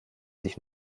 sich